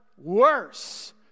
worse